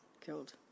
killed